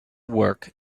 work